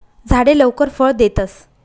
झाडे लवकर फळ देतस